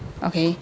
okay